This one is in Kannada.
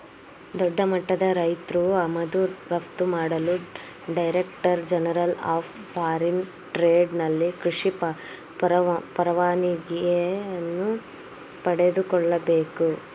ದೊಡ್ಡಮಟ್ಟದ ರೈತ್ರು ಆಮದು ರಫ್ತು ಮಾಡಲು director general of foreign trade ನಲ್ಲಿ ಕೃಷಿ ಪರವಾನಿಗೆಯನ್ನು ಪಡೆದುಕೊಳ್ಳಬೇಕು